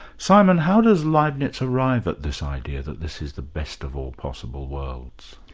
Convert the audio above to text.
simon, how does leibnitz arrive at this idea that this is the best of all possible worlds?